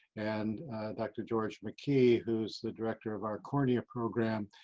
and dr. george mckee who's the director of our cornea program,